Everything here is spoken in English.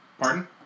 Pardon